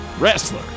Wrestler